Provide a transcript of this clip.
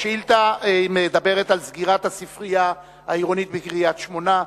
השאילתא מדברת על סגירת הספרייה העירונית בקריית-שמונה.